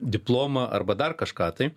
diplomą arba dar kažką tai